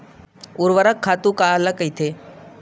ऊर्वरक खातु काला कहिथे?